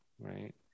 right